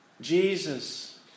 Jesus